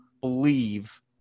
believe